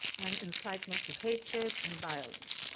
and incitement to hatred and violence.